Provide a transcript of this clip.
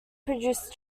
produce